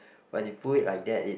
when you put it like that it